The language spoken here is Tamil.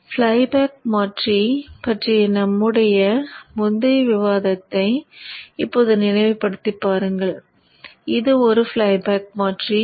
ஃப்ளைபேக் மாற்றி பற்றிய நம்முடைய முந்தைய விவாதத்தை இப்போது நினைவு படுத்தி பாருங்கள் இது ஃப்ளைபேக் மாற்றி